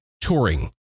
touring